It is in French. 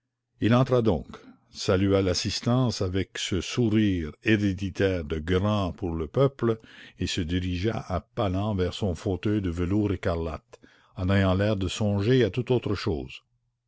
il entra donc salua l'assistance avec ce sourire héréditaire des grands pour le peuple et se dirigea à pas lents vers son fauteuil de velours écarlate en ayant l'air de songer à tout autre chose